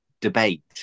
debate